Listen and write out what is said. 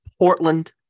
Portland